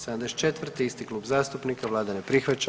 74., isti klub zastupnika, Vlada ne prihvaća.